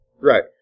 Right